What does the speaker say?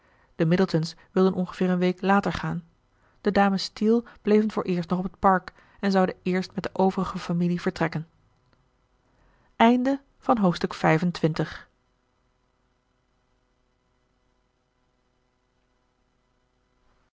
de middletons wilden ongeveer een week later gaan de dames steele bleven vooreerst nog op het park en zouden eerst met de overige familie vertrekken hoofdstuk